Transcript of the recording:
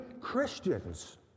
Christians